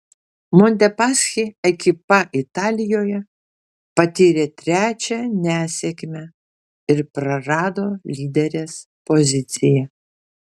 montepaschi ekipa italijoje patyrė trečią nesėkmę ir prarado lyderės poziciją